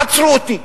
עצרו אותי.